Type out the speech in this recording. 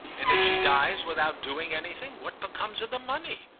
and if she dies without doing anything, what becomes of the money?